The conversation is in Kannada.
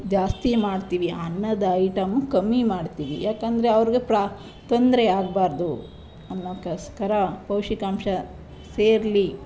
ಜಾಸ್ತಿ ಮಾಡ್ತೀವಿ ಅನ್ನದ ಐಟಮ್ಮು ಕಮ್ಮಿ ಮಾಡ್ತೀವಿ ಯಾಕೆಂದ್ರೆ ಅವ್ರಿಗೆ ಪ್ರಾ ತೊಂದರೆಯಾಗ್ಬಾರ್ದು ಅನ್ನೋಕ್ಕೋಸ್ಕರ ಪೌಷ್ಟಿಕಾಂಶ ಸೇರಲಿ